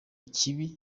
icyiza